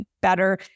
better